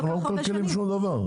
אנחנו לא מקלקלים שום דבר.